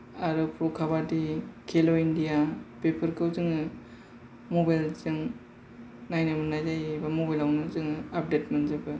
आरो प्र' काबादि खेल' इन्दिया बेफोरखौ जोङो मबाइलजों नायनो मोननाय जायो एबा मबाइलावनो जों आपडेट मोनजोबो